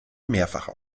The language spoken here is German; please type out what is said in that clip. mehrfach